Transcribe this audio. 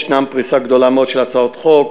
יש פריסה גדולה מאוד של הצעות חוק: